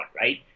right